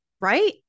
right